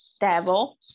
devil